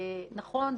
נכון,